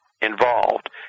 involved